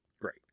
great